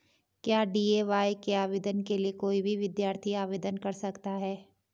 क्या डी.ए.वाय के आवेदन के लिए कोई भी विद्यार्थी आवेदन कर सकता है?